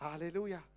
Hallelujah